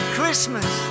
Christmas